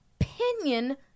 opinion